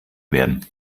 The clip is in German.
werden